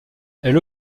elle